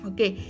Okay